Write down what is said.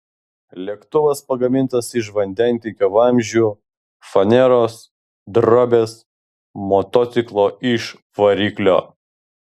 lėktuvas pagamintas iš vandentiekio vamzdžių faneros drobės motociklo iž variklio